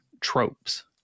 tropes